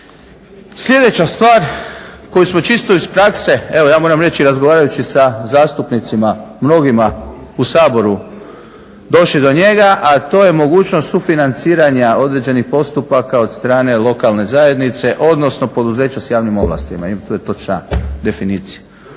Sljedeća stvar koju smo čisto iz prakse evo ja moram reći i razgovarajući sa zastupnicima mnogima u Saboru došli do njega, a to je mogućnost sufinanciranja određenih postupaka od strane lokalne zajednice, odnosno poduzeća sa javnim ovlastima. To je točna definicija.